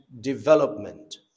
development